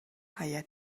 хааяа